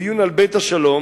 בדיון על "בית השלום",